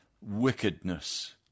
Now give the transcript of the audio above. wickedness